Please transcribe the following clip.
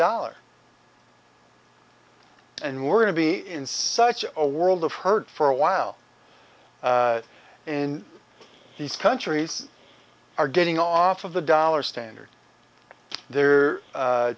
dollar and we're going to be in such a world of hurt for a while in these countries are getting off of the dollar standard they're